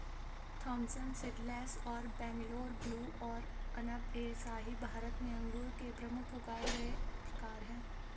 Thompson seedless और Bangalore blue और अनब ए शाही भारत में अंगूर के प्रमुख उगाए गए प्रकार हैं